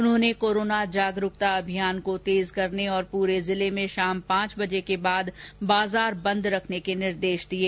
उन्होंने कोरोना जागरुकता अभियान को तेज करने और पूरे जिले में शाम पांच बजे के बाद बाजार बंद रखने के निर्देश दिये